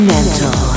Mental